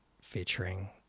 featuring